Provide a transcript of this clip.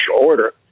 order